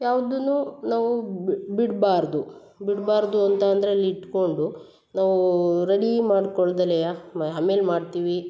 ಯಾವುದನ್ನು ನಾವು ಬಿಡ್ಬಾರದು ಬಿಡ್ಬಾರದು ಅಂತ ಅಂದರೆ ಅಲ್ಲಿ ಇಟ್ಕೊಂಡು ನಾವು ರೆಡಿ ಮಾಡ್ಕೊಳ್ದೆಲೆ ಮ ಆಮೇಲೆ ಮಾಡ್ತೀವಿ